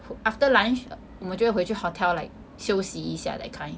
after lunch 我们就会回去 hotel like 休息一下 that kind